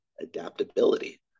adaptability